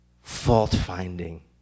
fault-finding